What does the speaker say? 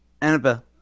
Annabelle